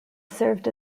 served